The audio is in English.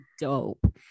dope